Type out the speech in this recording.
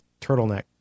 turtleneck